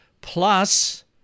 plus